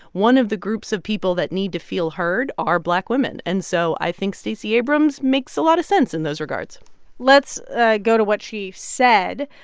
one of the groups of people that need to feel heard are black women. and so i think stacey abrams makes a lot of sense in those regards let's ah go to what she said.